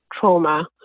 trauma